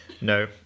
no